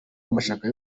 amashyaka